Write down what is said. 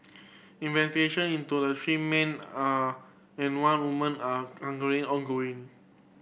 investigation into the three men are and one woman are angry ongoing